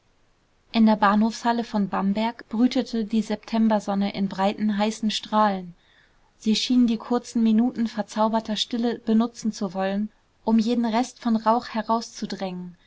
in der bahnhofshalle von bamberg brütete die septembersonne in breiten heißen strahlen sie schien die kurzen minuten verzauberter stille benutzen zu wollen um jeden rest von rauch herauszudrängen